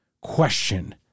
question